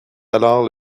alors